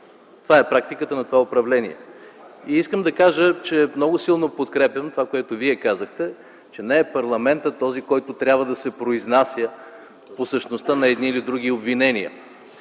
Това е практиката на вашето управление. СЕРГЕЙ СТАНИШЕВ: И искам да кажа, че много силно подкрепям това, което Вие казахте, че не парламентът е този, който трябва да се произнася по същността на едни или други обвинения.